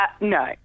No